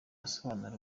asobanura